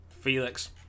Felix